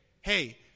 hey